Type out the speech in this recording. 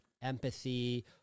Empathy